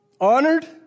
Honored